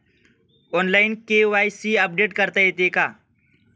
Online KYC update करता येते का?